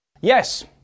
Yes